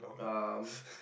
uh